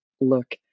Look